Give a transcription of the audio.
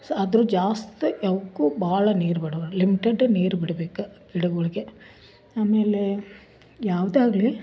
so ಆದ್ರೆ ಜಾಸ್ತಿ ಯಾವುಕ್ಕು ಭಾಳ ನೀರು ಬಿಡ್ಬಾರದು ಲಿಮಿಟೆಡ್ ನೀರು ಬಿಡಬೇಕು ಗಿಡಗಳಿಗೆ ಆಮೇಲೆ ಯಾವ್ದಗ್ಲು